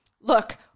look